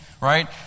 right